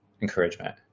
encouragement